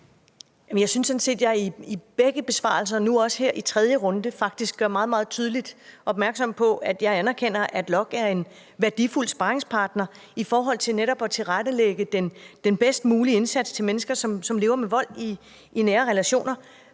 Jeg synes sådan set, at jeg i begge besvarelser – nu også her i tredje runde – faktisk gør meget, meget tydeligt opmærksom på, at jeg anerkender, at LOKK er en værdifuld sparringspartner i forhold til netop at tilrettelægge den bedst mulige indsats for mennesker, som lever i vold i nære relationer.